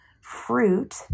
fruit